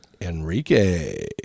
Enrique